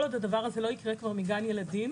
כל עוד הדבר הזה לא יקרה כבר מגן ילדים,